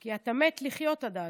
כי אתה מת לחיות עד אז,